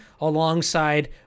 alongside